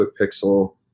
pixel